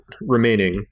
remaining